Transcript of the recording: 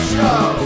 Show